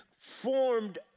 formed